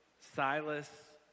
Silas